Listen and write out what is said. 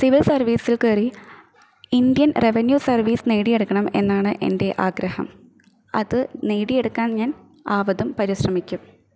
civil സർവീസിൽ കയറി Indian revenue service നേടിയെടുക്കണം എന്നാണ് എൻ്റെ ആഗ്രഹം അത് നേടിയെടുക്കാൻ ഞാൻ ആവതും പരിശ്രമിക്കും